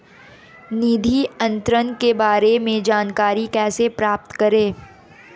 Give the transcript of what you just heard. निधि अंतरण के बारे में जानकारी कैसे प्राप्त करें?